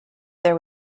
there